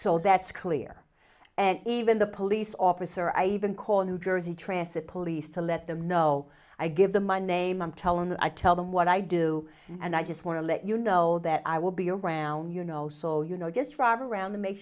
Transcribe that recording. so that's clear and even the police officer i even call new jersey transit police to let them know i give the my name and tell him that i tell them what i do and i just want to let you know that i will be around you know so you know just drive around the make